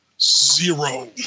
zero